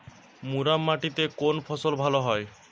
মুরাম মাটিতে কোন ফসল ভালো হয়?